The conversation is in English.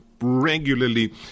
regularly